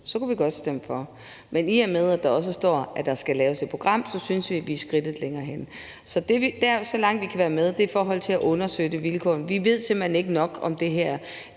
kunne vi godt stemme for det. Men i og med at der også står, at der skal laves et program, synes vi, at vi er skridtet længere henne. Så så langt vi kan være med, er til at undersøge det vilkår. Vi ved simpelt hen ikke nok om det her,